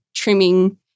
trimming